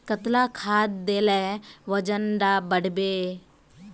कतला खाद देले वजन डा बढ़बे बे?